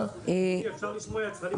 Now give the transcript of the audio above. אפשר לשמוע יצרנים קטנים?